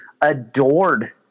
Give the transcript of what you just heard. adored